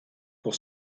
pour